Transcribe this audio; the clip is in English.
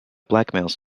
blackmails